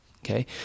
Okay